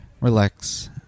relax